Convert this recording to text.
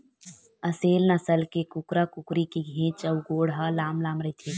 असेल नसल के कुकरा कुकरी के घेंच अउ गोड़ ह लांम लांम रहिथे